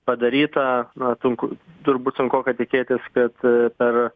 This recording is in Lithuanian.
padaryta na tunk turbūt sunkoka tikėtis kad per